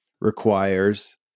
requires